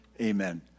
amen